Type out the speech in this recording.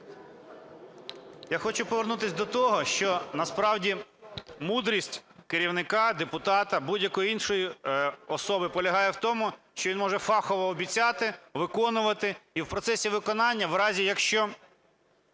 Я хочу повернутись до того, що насправді мудрість керівника, депутата, будь-якої іншої особи полягає в тому, що він може фахово обіцяти, виконувати. І в процесі виконання, в разі, якщо